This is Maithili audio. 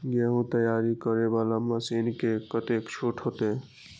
गेहूं तैयारी करे वाला मशीन में कतेक छूट होते?